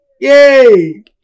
Yay